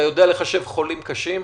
אתה יודע לחשב חולים קשים?